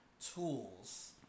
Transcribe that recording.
tools